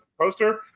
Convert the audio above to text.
poster